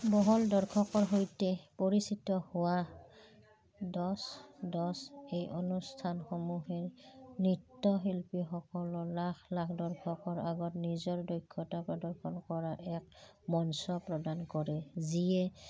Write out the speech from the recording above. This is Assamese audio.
বহল দৰ্শকৰ সৈতে পৰিচিত হোৱা দহ দহ এই অনুষ্ঠানসমূহেই নৃত্যশিল্পীসকলৰ লাখ লাখ দৰ্শকৰ আগত নিজৰ দক্ষতা প্ৰদৰ্শন কৰাৰ এক মঞ্চ প্ৰদান কৰে যিয়ে